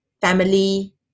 family